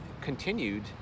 continued